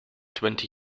twenty